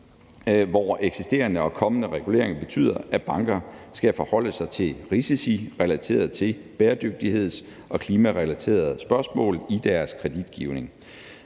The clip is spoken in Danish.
hvor eksisterende og kommende regulering betyder, at banker skal forholde sig risicirelateret til bæredygtigheds- og klimarelaterede spørgsmål i deres kreditgivning.